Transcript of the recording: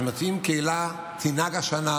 אם קהילה תנהג השנה,